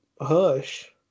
Hush